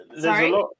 sorry